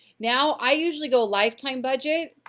now, i usually go lifetime budget,